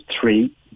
three